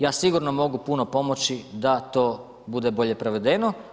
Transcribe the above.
Ja sigurno mogu puno pomoći, da to bude bolje provedeno.